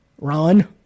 Ron